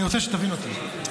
אני רוצה שתבין אותי,